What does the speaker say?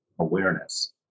awareness